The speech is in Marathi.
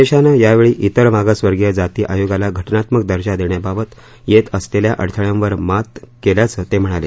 देशानं यावेळी त्रिर मागासवर्गीय जाती आयोगाला घटनात्मक दर्जा देण्याबाबत येत असलेल्या अडथळयावर मात केल्याचं ते म्हणाले